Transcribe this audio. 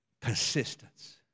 persistence